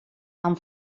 amb